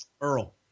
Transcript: Earl